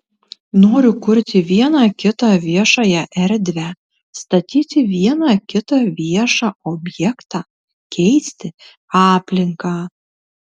noriu kurti vieną kitą viešąją erdvę statyti vieną kitą viešą objektą keisti aplinką